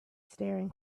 staring